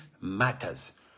matters